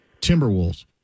Timberwolves